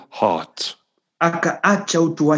heart